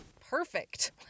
perfect